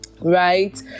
right